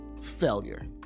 failure